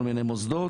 כל מיני מוסדות,